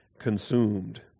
consumed